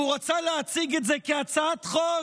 והוא רצה להציג את זה כהצעת חוק,